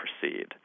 proceed